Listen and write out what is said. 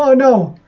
ah know